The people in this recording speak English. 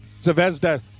Zvezda